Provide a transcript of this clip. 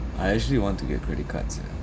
I actually want to get credit cards eh